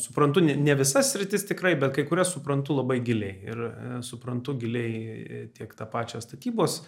suprantu ne ne visas sritis tikrai bet kai kurias suprantu labai giliai ir suprantu giliai tiek tą pačią statybos